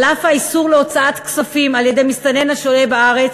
על אף האיסור על הוצאת כספים על-ידי מסתנן השוהה בארץ,